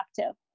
active